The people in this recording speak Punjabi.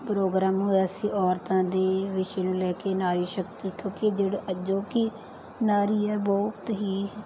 ਪ੍ਰੋਗਰਾਮ ਹੋਇਆ ਸੀ ਔਰਤਾਂ ਦੇ ਵਿਸ਼ੇ ਨੂੰ ਲੈ ਕੇ ਨਾਰੀ ਸ਼ਕਤੀ ਕਿਉਂਕਿ ਜਿਹੜੇ ਅਜੋਕੀ ਨਾਰੀ ਹੈ ਬਹੁਤ ਹੀ